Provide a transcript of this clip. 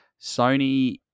Sony